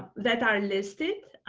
that are listed.